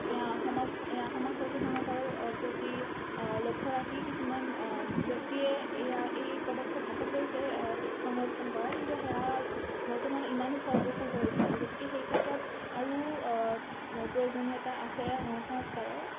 এয়া সমাজ এয়া সমাজ সচেতনতাৰ প্ৰতি লক্ষ্য ৰাখি কিছুমান ব্যক্তিয়ে এয়া এই পদক্ষেপ হাতত লৈছে সংৰক্ষণ কৰাৰ কিন্তু সেয়া বৰ্তমান ইমানো ফলপ্ৰসূ হৈ উঠা নাই গতিকে সেই ক্ষেত্ৰত আৰু প্ৰয়োজনীয়তা আছে সং সংস্কাৰৰ